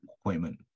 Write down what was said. Appointment